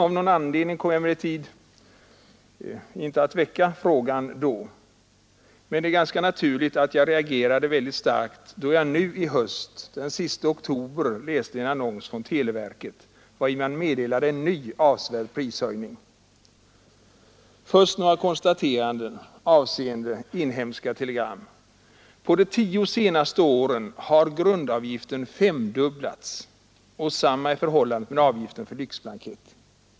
Av någon anledning kom jag emellertid inte att framställa frågan då, men det är ganska naturligt att jag reagerade mycket starkt då jag nu i höst, den 31 oktober, läste en annons från televerket, vari man meddelade en ny avsevärd prishöjning. Först skall jag göra några konstateranden avseende inhemska telegram. På de tio senaste åren har grundavgiften femdubblats, och detsamma är förhållandet med avgiften för lyxblankett.